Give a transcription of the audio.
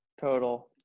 total